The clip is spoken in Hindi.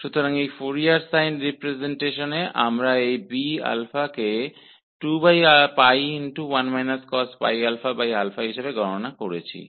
तो इस फोरियर साइन रिप्रजेंटेशन में हमने Bα का मान ज्ञात किया जो 2 1 cos है